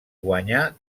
guanyà